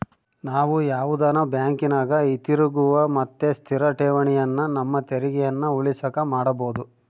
ನಾವು ಯಾವುದನ ಬ್ಯಾಂಕಿನಗ ಹಿತಿರುಗುವ ಮತ್ತೆ ಸ್ಥಿರ ಠೇವಣಿಯನ್ನ ನಮ್ಮ ತೆರಿಗೆಯನ್ನ ಉಳಿಸಕ ಮಾಡಬೊದು